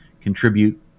contribute